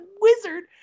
wizard